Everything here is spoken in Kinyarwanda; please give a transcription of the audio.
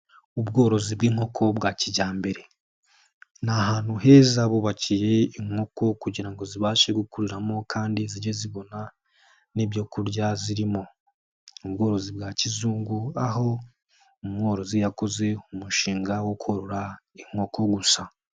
Ubworozi bw'inkoko bwa kijyambere, ni ahantu heza bubakiye inkoko kugira ngo zibashe gukuriramo kandi zige zibona n'ibyo kurya, zirimo ubworozi bwa kizungu aho umworozi yakoze umushinga wo korora inkoko gusa.